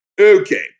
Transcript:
Okay